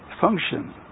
function